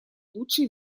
лучше